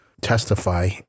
testify